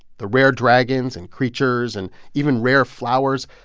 the rare dragons and creatures, and even rare flowers,